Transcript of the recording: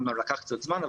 אמנם לקח קצת זמן,